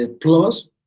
plus